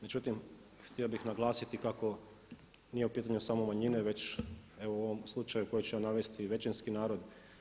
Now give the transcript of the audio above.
Međutim, htio bih naglasiti kako nije u pitanju samo manjine već evo u ovom slučaju koji ću ja navesti većinski narod.